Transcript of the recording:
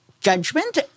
judgment